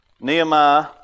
Nehemiah